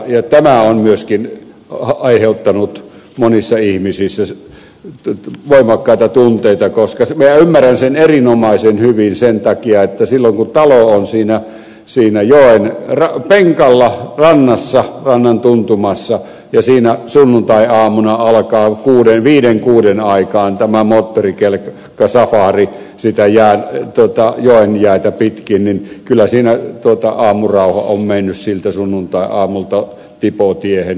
tämä on myöskin aiheuttanut monissa ihmisissä voimakkaita tunteita koska minä ymmärrän sen erinomaisen hyvin silloin kun talo on siinä joen penkalla rannassa rannan tuntumassa ja siinä sunnuntaiaamuna alkaa viiden kuuden aikaan tämä moottorikelkkasafari sitä joen jäätä pitkin niin kyllä siinä aamurauha on mennyt siltä sunnuntaiaamulta tipotiehen